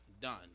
done